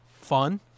Fun